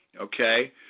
okay